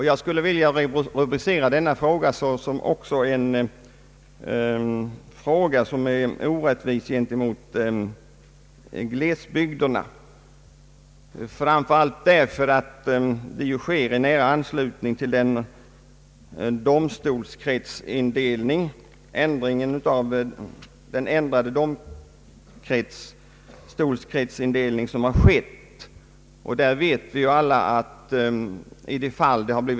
Jag skulle också vilja rubricera denna fråga såsom orättvis gentemot glesbygderna, framför allt därför att detta sker i nära anslutning till den ändrade domstolskretsindelningen.